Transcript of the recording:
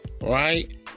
right